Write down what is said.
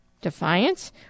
defiance